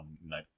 no